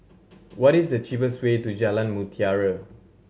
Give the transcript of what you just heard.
what is the cheapest way to Jalan Mutiara